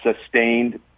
sustained